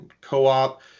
co-op